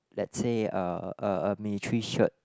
let's said a military shirt